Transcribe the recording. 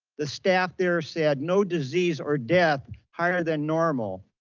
the staff there said no disease or death higher than normal.